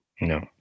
No